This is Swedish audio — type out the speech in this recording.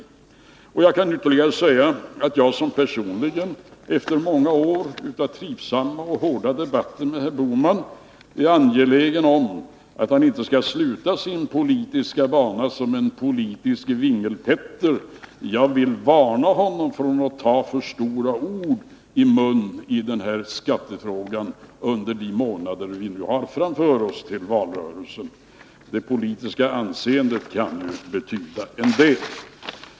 Ytterligare kan jag säga att jag personligen, efter många år av trivsamma och hårda debatter med herr Bohman, är angelägen om att han inte skall sluta sin politiska bana som en politisk vingelpetter. Jag vill varna honom för att ta för stora ord i sin mun i den här skattefrågan under de månader vi nu har framför oss till valdagen. Det politiska anseendet kan ju betyda en del.